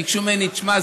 וביקשו ממני: תשמע,